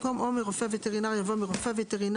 במקום "או מרופא וטרינר" יבוא "מרופא וטרינר,